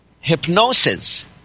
hypnosis